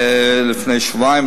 לפני שבועיים,